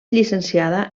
llicenciada